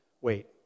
wait